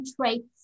traits